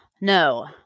No